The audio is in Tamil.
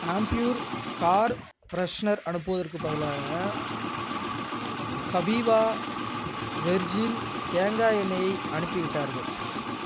ஆம்பிப்யூர் கார் ஃபிரஷ்னர் அனுப்புவதற்குப் பதிலாக கபீவா வெர்ஜின் தேங்காய் எண்ணெய் அனுப்பிவிட்டார்கள்